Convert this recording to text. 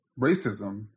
racism